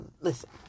Listen